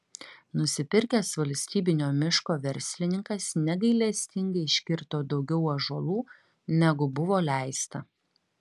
nusipirkęs valstybinio miško verslininkas negailestingai iškirto daugiau ąžuolų negu buvo leista